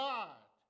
God